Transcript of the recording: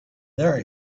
there